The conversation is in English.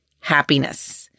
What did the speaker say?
happiness